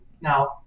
Now